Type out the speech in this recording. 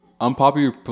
Unpopular